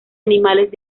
animales